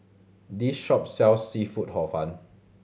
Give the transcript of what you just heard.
this shop sells seafood Hor Fun